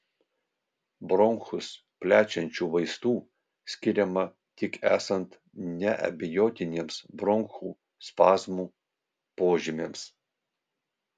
bronchus plečiančių vaistų skiriama tik esant neabejotiniems bronchų spazmo požymiams